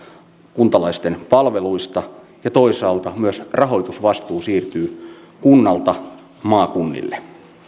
kuntalaisten palveluista ja toisaalta myös rahoitusvastuu siirtyy kunnalta maakunnille